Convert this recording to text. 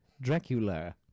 Dracula